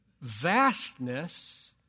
vastness